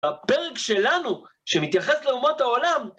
הפרק שלנו, שמתייחס לאומות העולם...